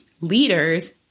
leaders